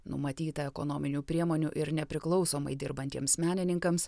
numatyta ekonominių priemonių ir nepriklausomai dirbantiems menininkams